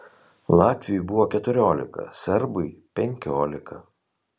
latviui buvo keturiolika serbui penkiolika